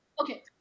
Okay